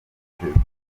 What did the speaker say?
gutotezwa